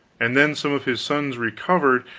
and then some of his sons recovered,